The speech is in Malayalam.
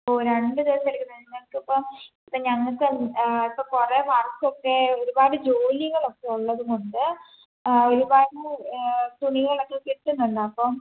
ഓ രണ്ടുദിവസം എടുക്കും ഞങ്ങൾക്കിപ്പം ഞങ്ങൾക്ക് ഇപ്പോൾ കുറേ വർക്ക് ഒക്കെ ഒരുപാട് ജോലികളൊക്കെ ഉള്ളതുകൊണ്ട് ഒരുപാട് തുണികളൊക്കെ കിട്ടുന്നുണ്ട് അപ്പം